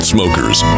Smokers